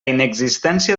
inexistència